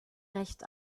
recht